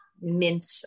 mint